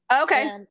okay